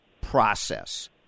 process